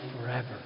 forever